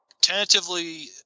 tentatively